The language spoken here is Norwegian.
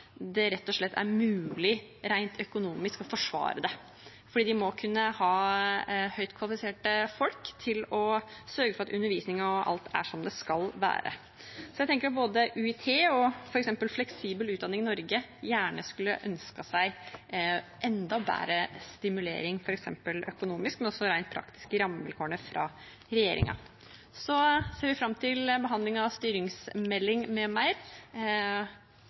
det rett og slett er mulig rent økonomisk å forsvare det, for de må kunne ha høyt kvalifiserte folk til å sørge for at undervisning og alt er som det skal være. Jeg tenker at både UiT og f.eks. Fleksibel utdanning Norge gjerne skulle ha ønsket seg enda bedre stimulering, f.eks. økonomisk, men også rent praktisk, i rammevilkårene fra regjeringen. Så ser vi fram til behandling av styringsmelding med mer,